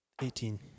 Eighteen